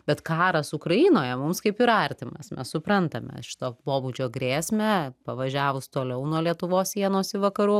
bet karas ukrainoje mums kaip ir artimas mes suprantame šito pobūdžio grėsmę pavažiavus toliau nuo lietuvos sienos į vakarų